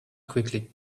quickly